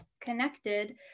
connected